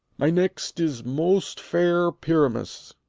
my next is most fair pyramus